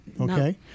Okay